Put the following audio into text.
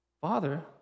Father